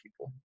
people